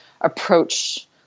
approach